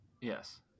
Yes